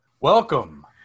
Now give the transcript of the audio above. Welcome